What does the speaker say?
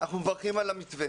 אנחנו מברכים על המתווה